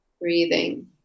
breathing